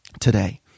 today